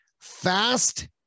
fast